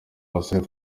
basore